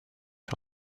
sur